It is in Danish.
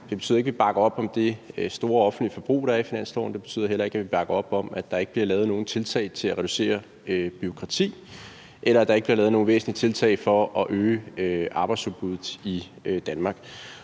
Det betyder ikke, at vi bakker op om det store offentlige forbrug, der er i finanslovsforslaget. Det betyder heller ikke, at vi bakker op om, at der ikke bliver lavet nogen tiltag til at reducere bureaukrati, eller at der ikke bliver lavet nogen væsentlige tiltag for at øge arbejdsudbuddet i Danmark.